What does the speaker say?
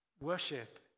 Worship